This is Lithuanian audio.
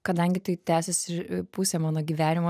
kadangi tai tęsisi pusė mano gyvenimo